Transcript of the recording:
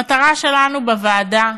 המטרה שלנו, בוועדה,